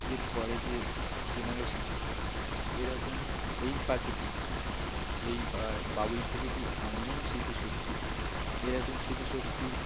এরপের যে জেনারেশান এরকম এই পাখিটি এই বাবুই পাখিটি এমনই স্মৃতিশক্তি এরকম স্মৃতিশক্তি